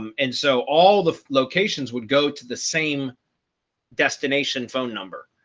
um and so all the locations would go to the same destination phone number,